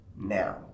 now